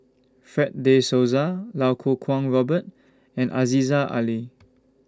Fred De Souza Iau Kuo Kwong Robert and Aziza Ali